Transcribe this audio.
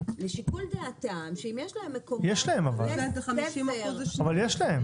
לשיקול דעתם שאם יש מקומות ליד בתי ספר --- אבל יש להם.